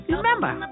Remember